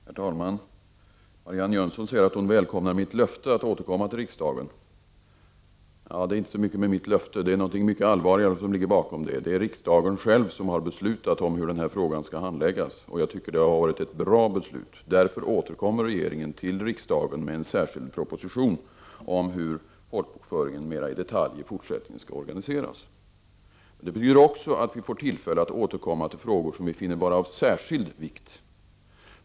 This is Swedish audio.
Herr talman! Marianne Jönsson säger att hon välkomnar mitt löfte att återkomma till riksdagen. Detta har inte så mycket med mitt löfte att göra. Det är något mycket allvarligare som ligger bakom. Det är riksdagen själv som har beslutat om hur denna fråga skall handläggas. Jag tycker att riksdagen har fattat ett bra beslut. Därför återkommer jag till riksdagen med en särskild proposition om hur folkbokföringen mera i detalj i fortsättningen skall organiseras. Detta betyder att vi också får tillfälle att återkomma till frågor som vi finner vara av särskild vikt.